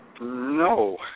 No